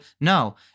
no